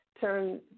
turn